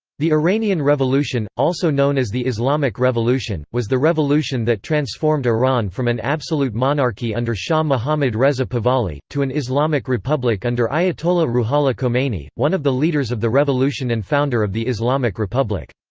the iranian revolution, also known as the islamic revolution, was the revolution that transformed iran from an absolute monarchy under shah mohammad reza pahlavi, to an islamic republic under ayatollah ruhollah khomeini, one of the leaders of the revolution and founder of the islamic republic.